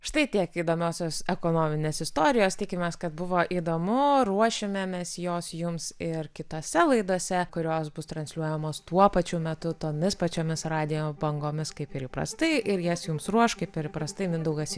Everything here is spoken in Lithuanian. štai tiek įdomiosios ekonominės istorijos tikimės kad buvo įdomu ruošiame mes jos jums ir kitose laidose kurios bus transliuojamos tuo pačiu metu tomis pačiomis radijo bangomis kaip ir įprastai ir jas jums ruoš kaip ir įprastai mindaugas